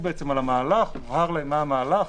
רגולטור הובהר מה המהלך.